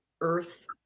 earth